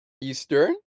Eastern